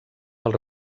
els